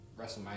WrestleMania